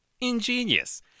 Ingenious